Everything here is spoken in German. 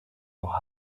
noch